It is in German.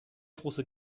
große